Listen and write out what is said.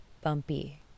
bumpy